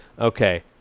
Okay